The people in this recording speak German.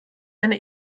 eine